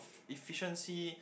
efficiency